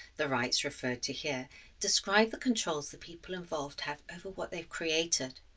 the rights referred to here describe the controls the people involved have over what they've created.